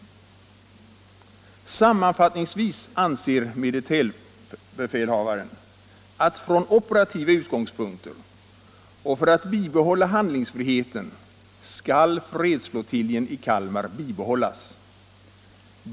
—- Sammanfattningsvis anser MB S att från operativa utgångspunkter och för att bibehålla handlingsfriheten skall fredsflottiljen i Kalmar bibehållas.